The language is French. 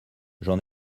j’en